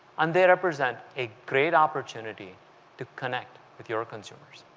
and they represent a great opportunity to connect with your consumers.